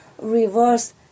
reverse